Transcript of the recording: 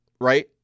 right